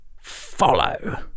Follow